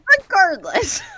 Regardless